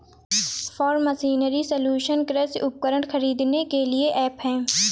form machinery solution कृषि उपकरण खरीदने के लिए ऐप है